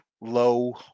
low